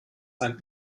einen